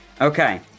Okay